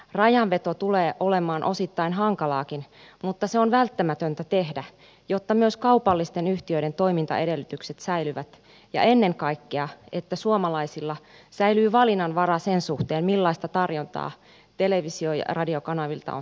rajanveto tulee olemaan osittain hankalaakin mutta se on välttämätöntä tehdä jotta myös kaupallisten yhtiöiden toimintaedellytykset säilyvät ja ennen kaikkea että suomalaisilla säilyy valinnanvara sen suhteen millaista tarjontaa televisio ja radiokanavilta on saatavilla